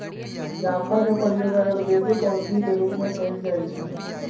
जाफर के प्रयोग आयुर्वेदिक औषधि के रूप में कएल जाइ छइ